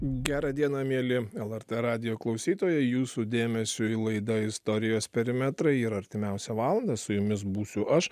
gera diena mieli lrt radijo klausytojai jūsų dėmesiui laida istorijos perimetrai ir artimiausią valandą su jumis būsiu aš